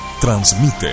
transmite